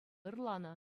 ырланӑ